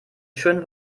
schön